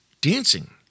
dancing